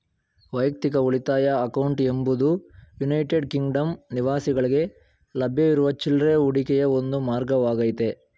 ವೈಯಕ್ತಿಕ ಉಳಿತಾಯ ಅಕೌಂಟ್ ಎಂಬುದು ಯುನೈಟೆಡ್ ಕಿಂಗ್ಡಮ್ ನಿವಾಸಿಗಳ್ಗೆ ಲಭ್ಯವಿರುವ ಚಿಲ್ರೆ ಹೂಡಿಕೆಯ ಒಂದು ಮಾರ್ಗವಾಗೈತೆ